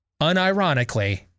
unironically